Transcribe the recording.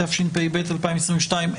התשפ"ב-2022.